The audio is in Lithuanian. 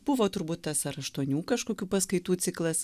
buvo turbūt tas ar aštuonių kažkokių paskaitų ciklas